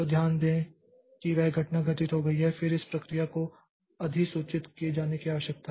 तो ध्यान दें कि वह घटना घटित हो गई है फिर इस प्रक्रिया को अधिसूचित किए जाने की आवश्यकता है